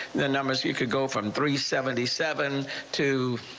the numbers you could go from three seventy seven two.